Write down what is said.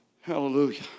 Hallelujah